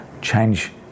change